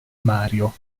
mario